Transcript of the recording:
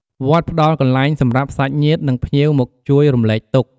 វត្តផ្ដល់កន្លែងសម្រាប់សាច់ញាតិ និងភ្ញៀវមកជួយរំលែកទុក្ខ។